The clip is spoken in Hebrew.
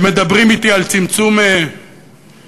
מדברים אתי על צמצום פערים,